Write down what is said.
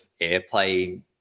airplay